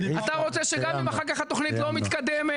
אתה רוצה שאחר-כך גם אם התכנית לא מתקדמת